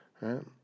right